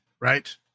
right